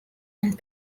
and